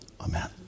Amen